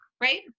Right